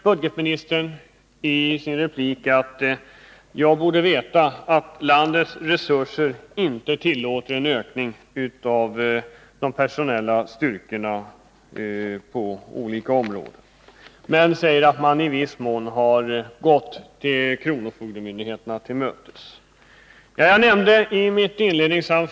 Budgetministern sade i sin replik att jag borde veta att landets resurser inte tillåter en ökning av personalstyrkan på de här områdena. Han sade också att man ändå i viss mån gått kronofogdemyndigheterna till mötes på den här punkten.